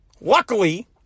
Luckily